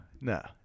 no